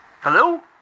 Hello